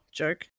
joke